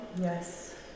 yes